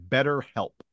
BetterHelp